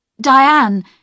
Diane